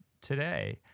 today